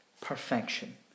perfection